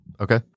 Okay